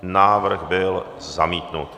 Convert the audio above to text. Návrh byl zamítnut.